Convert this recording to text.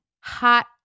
Hot